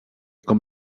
com